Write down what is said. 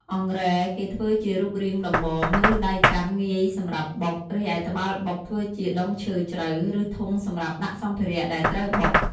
អង្រែគេធ្វើជារូបរាងដំបង ឬដៃកាន់ងាយសម្រាប់បុក រឺឯត្បាល់បុកធ្វើជាដុំឈើជ្រៅ ឬធុងសម្រាប់ដាក់សម្ភារៈដែលត្រូវបុក។។